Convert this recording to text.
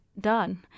done